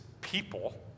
people